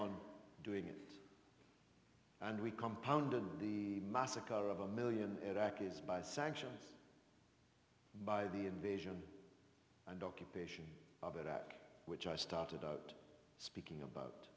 on doing it and we compounded the massacre of a million iraqis by sanctions by the invasion and occupation of iraq which i started out bickering about